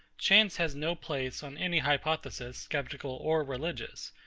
chance has no place, on any hypothesis, sceptical or religious.